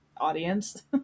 audience